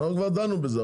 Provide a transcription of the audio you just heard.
כבר דנו בזה.